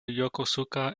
yokosuka